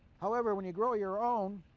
however, when you grow your own